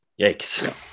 Yikes